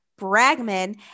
Bragman